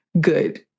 good